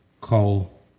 call